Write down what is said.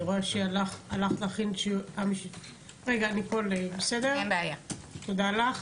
ניקול, תודה לך.